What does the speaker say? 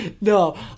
no